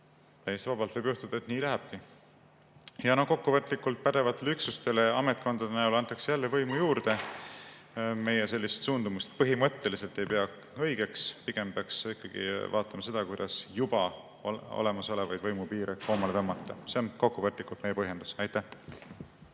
Täiesti vabalt võib juhtuda, et nii lähebki. Kokkuvõtlikult: pädevatele üksustele ametkondade näol antakse jälle võimu juurde. Meie sellist suundumust põhimõtteliselt ei pea õigeks. Pigem peaks ikkagi vaatama, kuidas juba olemasolevaid võimupiire koomale tõmmata. See on kokkuvõtlikult meie põhjendus. Aitäh!